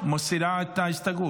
מסירה את ההסתייגות?